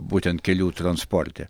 būtent kelių transporte